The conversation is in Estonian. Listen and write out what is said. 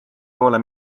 poole